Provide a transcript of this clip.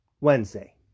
Wednesday